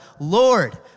Lord